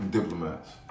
Diplomats